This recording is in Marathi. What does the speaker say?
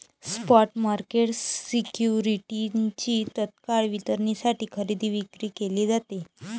स्पॉट मार्केट सिक्युरिटीजची तत्काळ वितरणासाठी खरेदी विक्री केली जाते